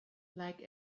like